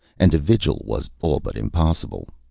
and a vigil was all but impossible.